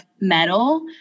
metal